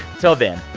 until then,